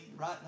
right